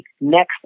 next